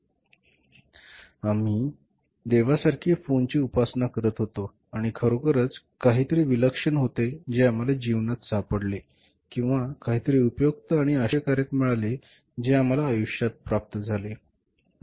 आणि आम्ही देवासारखी फोनची उपासना करत होतो आणि खरोखरच काहीतरी विलक्षण होते जे आम्हाला जीवनात सापडले किंवा काहीतरी उपयुक्त आणि आश्चर्यकारक मिळाले जे आम्हाला आयुष्यात प्राप्त झाले